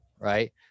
Right